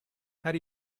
had